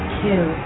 two